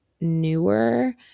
newer